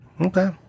Okay